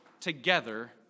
together